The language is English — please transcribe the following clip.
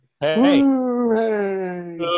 Hey